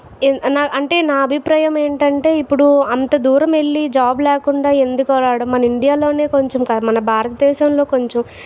in అంటే నా అభిప్రాయం ఏంటంటే ఇప్పుడు అంత దూరం వెళ్లి జాబ్ లేకుండా ఎందుకు రావడం మన ఇండియాలోనే కొంచం మన భారతదేశంలో కొంచం